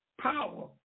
power